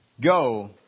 go